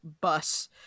bus